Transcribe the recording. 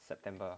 september ah